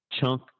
chunk